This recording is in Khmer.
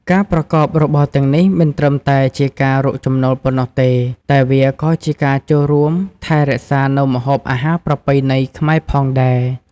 ការប្រកបរបរទាំងនេះមិនត្រឹមតែជាការរកចំណូលប៉ុណ្ណោះទេ តែវាក៏ជាការចូលរួមថែរក្សានូវម្ហូបអាហារប្រពៃណីខ្មែរផងដែរ។